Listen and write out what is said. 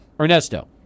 Ernesto